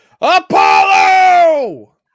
Apollo